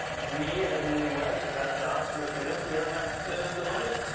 we as newlyweds without jobs, we're students, we don't have the the money.